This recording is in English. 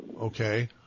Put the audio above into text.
Okay